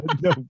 No